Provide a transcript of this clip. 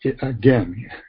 again